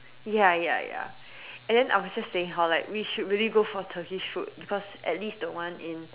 ya ya ya and then I was just saying how like we should really go for Turkish food because as least the one in